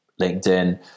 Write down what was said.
LinkedIn